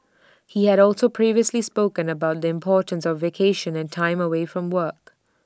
he had also previously spoken about the importance of vacation and time away from work